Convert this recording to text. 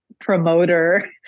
promoter